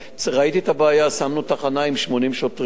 ראיתי את הבעיה, ושמנו תחנה עם 80 שוטרים.